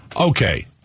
Okay